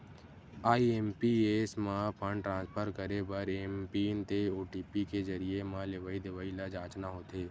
IMPS म fund transfer करे बर एमपिन ते ओ.टी.पी के जरिए म लेवइ देवइ ल जांचना होथे